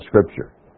Scripture